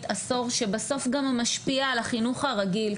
עשור שבסוף משפיעה גם על החינוך הרגיל,